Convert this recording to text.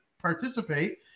participate